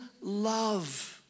love